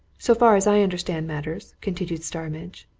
so far as i understand matters, continued starmidge,